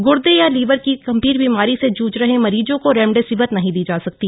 गुर्दे या लीवर की गंभीर बीमारी से जूझ रहे मरीजों को रेमडेसिविर नहीं दी जा सकती